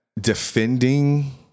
defending